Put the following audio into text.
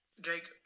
Jake